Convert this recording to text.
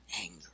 anger